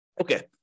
Okay